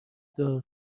دار